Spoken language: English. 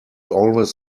always